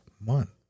month